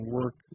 work